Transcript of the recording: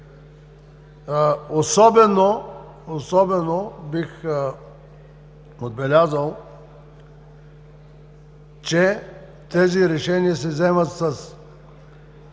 Особено бих отбелязал, че тези решения се взимат